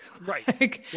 Right